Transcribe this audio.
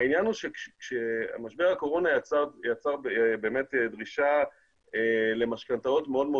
העניין הוא שמשבר הקורונה יצר דרישה למשכנתאות מאוד מאוד